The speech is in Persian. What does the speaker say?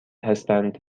هستند